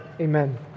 Amen